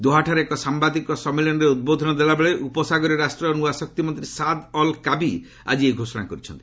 ଦୋହାଠାରେ ଏକ ସାମ୍ଭାଦିକ ସମ୍ମିଳନୀରେ ଉଦ୍ବୋଧନ ଦେଲାବେଳେ ଉପସାଗରିୟ ରାଷ୍ଟ୍ରର ନୂଆ ଶକ୍ତିମନ୍ତ୍ରୀ ସାଦ୍ ଅଲ୍ କାବି ଆଜି ଏହି ଘୋଷଣା କରିଛନ୍ତି